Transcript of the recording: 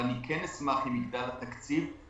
ואני כן אשמח אם יגדל התקציב,